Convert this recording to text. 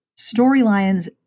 storylines